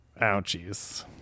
Ouchies